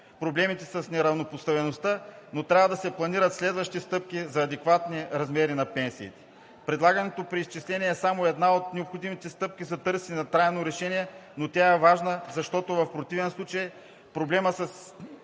проблемите с неравнопоставеността, но трябва да се планират следващите стъпки за адекватни размери на пенсиите. Предлаганото преизчисление е само една от необходимите стъпки за трайно решение, но тя е важна, защото в противен случай проблемът с